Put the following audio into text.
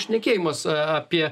šnekėjimas apie